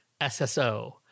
SSO